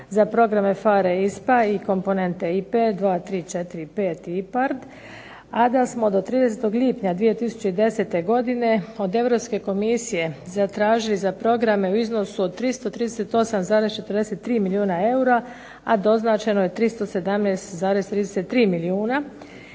za programe PHARE i ISPA i komponente IPA-e 2, 3, 4, 5 IPARD, a da smo do 30. lipnja 2010. godine od Europske komisije zatražili za programe u iznosu od 338, 43 milijuna eura, a doznačeno je 317,33 milijuna